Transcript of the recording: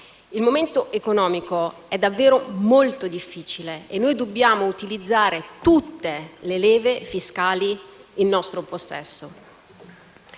Il momento economico è davvero molto difficile e noi dobbiamo utilizzare tutte le leve fiscali in nostro possesso.